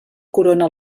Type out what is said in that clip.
corona